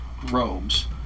Robes